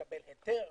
לקבל היתר,